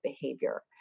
behavior